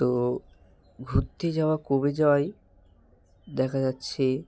তো ঘুরতে যাওয়া কমে যাওয়ায় দেখা যাচ্ছে